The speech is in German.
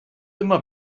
immer